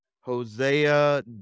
Hosea